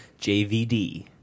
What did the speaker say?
JVD